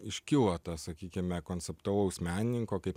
iškilo ta sakykime konceptualaus menininko kaip